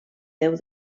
déu